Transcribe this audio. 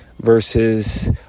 versus